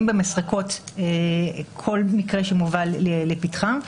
במסרקות כל מקרה שמובא לפתחם.